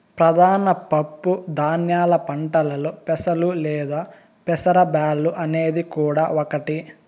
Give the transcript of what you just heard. ప్రధాన పప్పు ధాన్యాల పంటలలో పెసలు లేదా పెసర బ్యాల్లు అనేది కూడా ఒకటి